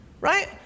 Right